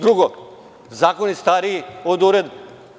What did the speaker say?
Drugo, Zakon je stariji od uredbe.